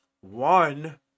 one